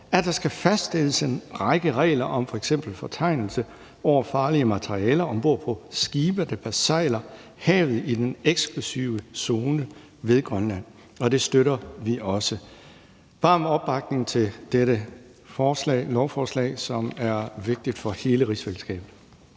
at der skal fastsættes en række regler om f.eks. fortegnelse over farlige materialer om bord på skibe, der besejler havet i den eksklusive zone ved Grønland, og det støtter vi også. Varm opbakning til dette lovforslag, som er vigtigt for hele rigsfællesskabet.